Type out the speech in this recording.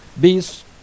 bees